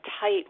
tight